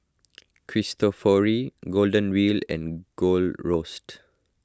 Cristofori Golden Wheel and Gold Roast